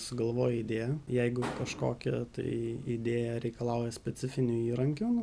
sugalvoji idėją jeigu kažkokia tai idėja reikalauja specifinių įrankių